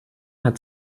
hat